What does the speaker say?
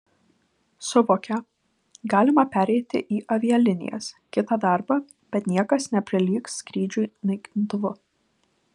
suvokia galima pereiti į avialinijas kitą darbą bet niekas neprilygs skrydžiui naikintuvu